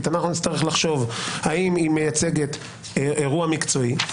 אנחנו נצטרך לחשוב האם היא מייצגת אירוע מקצועי,